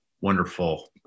wonderful